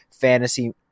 fantasy